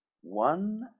One